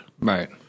Right